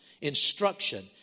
instruction